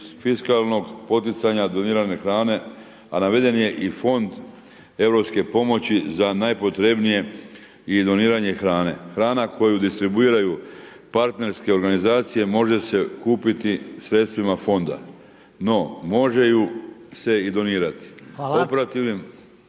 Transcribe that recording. fiskalnog poticanja donirane hrane, a naveden je i fond europske pomoći za najpotrebnije i doniranje hrane. Hrana koju distribuiraju partnerske organizacije može se kupiti sredstvima fonda, no mogu se i donirati.